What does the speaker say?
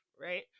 right